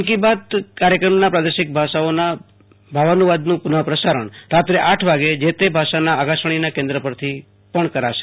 મન કી બાતના પાદેશિક ભાષાઓમાં ભાવાનુવાદનું પુનઃપ્રસારણ રાત્રે આઠ વાગે જે તે ભાષાના આકાશવાણીના કેન્દ્રો પરથી કરાશ